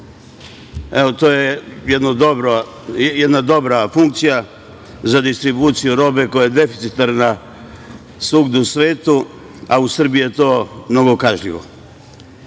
Evo, to je jedna dobra funkcija za distribuciju robe koja je deficitarna svugde u svetu, a u Srbiji je to novokažnjivo. Kada